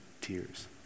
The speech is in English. tears